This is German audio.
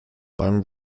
beim